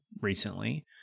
recently